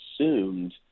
assumed